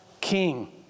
king